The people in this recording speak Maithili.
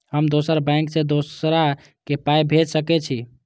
हम दोसर बैंक से दोसरा के पाय भेज सके छी?